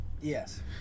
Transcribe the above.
Yes